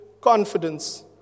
confidence